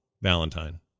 Valentine